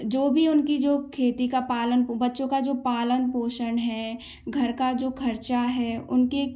जो भी उनकी जो खेती का पालन बच्चों का जो पालन पोषण है घर का जो खर्चा है उनके